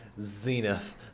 zenith